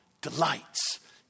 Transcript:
delights